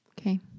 Okay